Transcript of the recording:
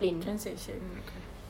transaction record